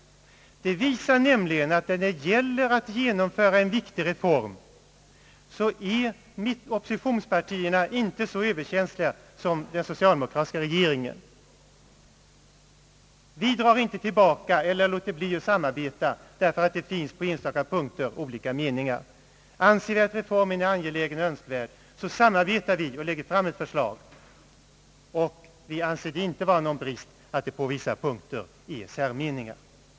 Det visar nämligen att oppositionspartierna när det gäller att genomföra en viktig reform inte är så överkänsliga som den socialdemokratiska regeringen. Vi drar inte tillbaka våra förslag eller låter bli att samarbeta därför att det på enstaka punkter råder olika meningar. Anser vi att reformen är angelägen och önskvärd, samarbetar vi och lägger fram ett förslag. Vi anser det inte vara någon brist att det på vissa punkter råder särmeningar.